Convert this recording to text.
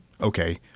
okay